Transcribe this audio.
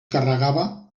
carregava